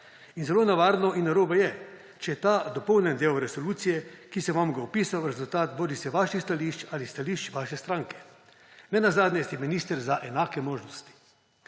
In zelo nevarno in narobe je, če je ta dopolnjen del resolucije, ki sem vam ga opisal, rezultat bodisi vaših stališč ali stališč vaše stranke. Nenazadnje ste minister za enake možnosti.